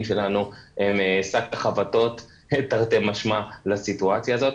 שלנו הם שק החבטות תרתי משמע לסיטואציה הזאת,